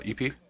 EP